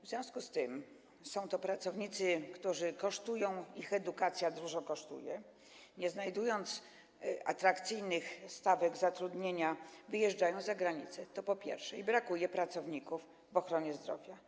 W związku z tym - są to pracownicy, którzy kosztują, ich edukacja dużo kosztuje - nie znajdując atrakcyjnych stawek zatrudnienia, wyjeżdżają za granicę i brakuje pracowników w ochronie zdrowia.